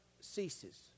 ceases